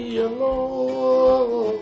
alone